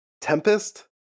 Tempest